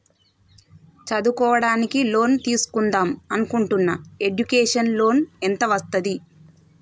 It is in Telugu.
చదువుకోవడానికి లోన్ తీస్కుందాం అనుకుంటున్నా ఎడ్యుకేషన్ లోన్ ఎంత వస్తది?